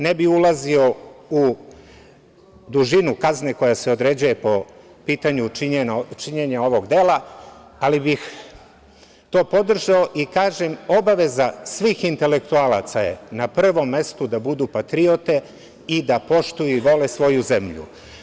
Ne bih ulazio u dužinu kazne koja se određuje po pitanju činjenja ovog dela, ali bih to podržao i kažem obaveza svih intelektualaca je na prvom mestu da budu patriote i da poštuju i vole svoju zemlju.